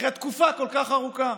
אחרי תקופה כל כך ארוכה.